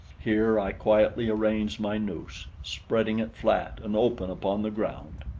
here i quietly arranged my noose, spreading it flat and open upon the ground.